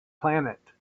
planet